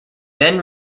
then